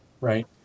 Right